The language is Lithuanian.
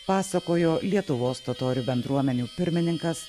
pasakojo lietuvos totorių bendruomenių pirmininkas